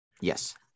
Yes